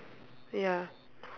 ya